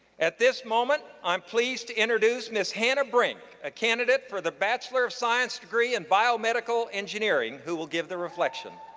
at this moment, i'm pleased to introduce ms. hannah brink, a candidate for the bachelor of science degree in biomedical engineering who will give the reflection.